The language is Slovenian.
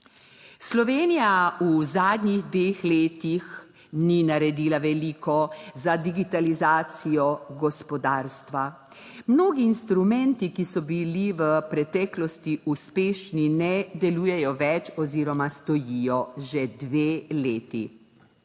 Slovenija v zadnjih dveh letih ni naredila veliko za digitalizacijo gospodarstva. Mnogi instrumenti, ki so bili v preteklosti uspešni, ne delujejo več oziroma stojijo že dve leti.